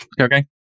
Okay